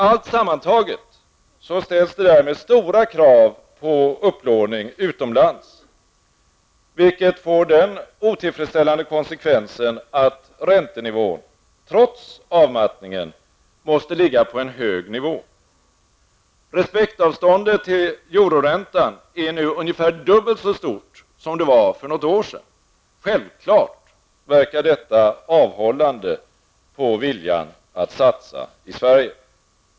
Allt sammantaget ställs därmed stora krav på upplåning utomlands, vilket får den otillfredsställande konsekvensen att räntenivån trots avmattningen måste ligga på en hög nivå. Respektavståndet till euroräntan är nu ungefär dubbelt så stort som det var för något år sedan. Självfallet verkar detta avhållande på viljan att satsa i Sverige.